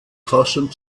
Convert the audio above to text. fassung